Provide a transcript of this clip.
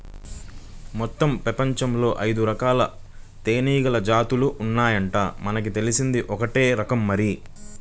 మొత్తం పెపంచంలో ఐదురకాల తేనీగల జాతులు ఉన్నాయంట, మనకు తెలిసింది ఒక్కటే రకం మరి